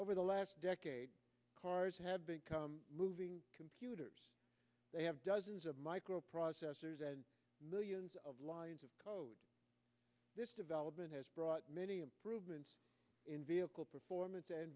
over the last decade cars have become moving computers they have dozens of microprocessors and millions of lines of code this development has brought many improvements in vehicle performance and